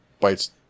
Bites